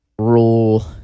rule